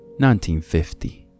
1950